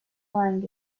lying